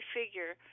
figure